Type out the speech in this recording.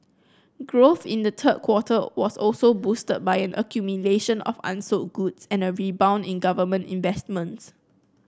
growth in the third quarter was also boosted by an accumulation of unsold goods and a rebound in government investments